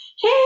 hey